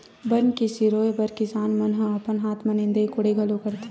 बन के सिरोय बर किसान मन ह अपन हाथ म निंदई कोड़ई घलो करथे